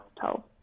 toll